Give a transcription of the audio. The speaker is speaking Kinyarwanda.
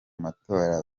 matora